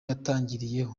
yatangiriye